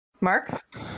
Mark